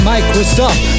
Microsoft